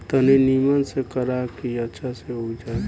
तनी निमन से करा की अच्छा से उग जाए